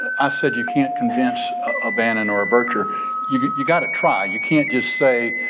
i said you can't convince a bandit or burglar. you you got to try. you can't just say